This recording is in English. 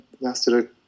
lasted